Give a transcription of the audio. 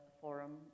forum